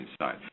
inside